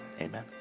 amen